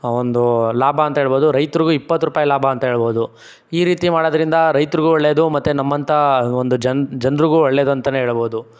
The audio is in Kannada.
ಒಂದು ಲಾಭಾಂತ ಹೇಳ್ಬೋದು ರೈತರಿಗೂ ಇಪ್ಪತ್ತು ರೂಪಾಯಿ ಲಾಭಾಂತ ಹೇಳ್ಬೋದು ಈ ರೀತಿ ಮಾಡೋದ್ರಿಂದ ರೈತರಿಗೂ ಒಳ್ಳೆಯದು ಮತ್ತೆ ನಮ್ಮಂತ ಒಂದು ಜನ ಜನರಿಗೂ ಒಳ್ಳೆಯದಂತಲೇ ಹೇಳ್ಬೋದು